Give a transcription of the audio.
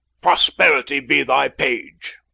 prosperity be thy page!